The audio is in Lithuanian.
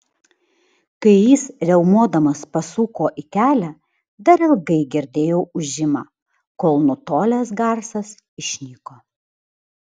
kai jis riaumodamas pasuko į kelią dar ilgai girdėjau ūžimą kol nutolęs garsas išnyko